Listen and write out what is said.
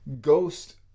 ghost